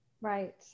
Right